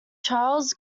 charles